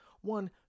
one